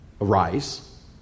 Arise